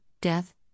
death